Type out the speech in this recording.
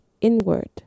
inward